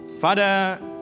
Father